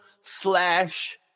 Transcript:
slash